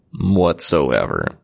whatsoever